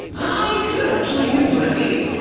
i could actually use one of these.